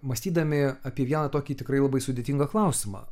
mąstydami apie vieną tokį tikrai labai sudėtingą klausimą